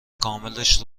کاملش